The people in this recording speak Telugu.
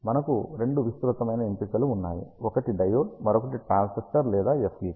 మనకు రెండు విస్తృతమైన ఎంపికలు ఉన్నాయి ఒకటి డయోడ్ మరొకటి ట్రాన్సిస్టర్ లేదా FET